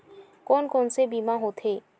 कोन कोन से बीमा होथे?